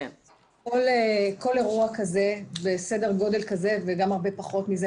כל אירוע כזה בסדר גודל כזה וגם הרבה פחות כזה,